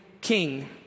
king